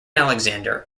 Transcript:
alexander